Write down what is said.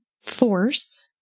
force